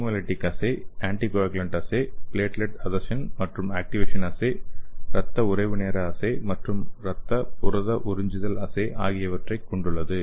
haemolytic assay anticoagulant assay platelet adhesion மற்றும் activation assay இரத்த உறைவு நேர அஸ்ஸே மற்றும் இரத்த புரத உறிஞ்சுதல் அஸ்ஸே ஆகியவற்றைக் கொண்டுள்ளது